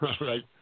right